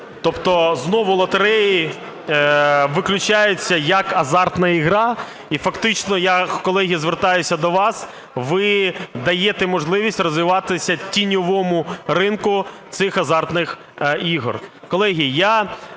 Тобто знову лотереї виключаються як азартна гра, і фактично я, колеги, звертаюся до вас, ви даєте можливість розвиватися тіньовому ринку цих азартних ігор.